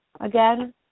Again